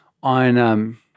on